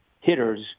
hitters